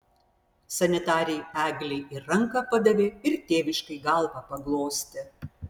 sanitarei eglei ir ranką padavė ir tėviškai galvą paglostė